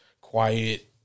quiet